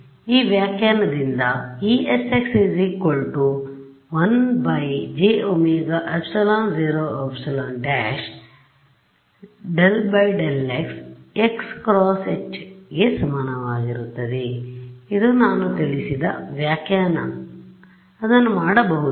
ಈ ವ್ಯಾಖ್ಯಾನದಿಂದ Esx 1jωε0ε′ ∂∂x xˆ × H ಗೆ ಸಮಾನವಾಗಿರುತ್ತದೆ ಇದು ನಾನು ತಿಳಿಸಿದ ವ್ಯಾಖ್ಯಾನ ಅದನ್ನು ಮಾಡಬಹುದೇ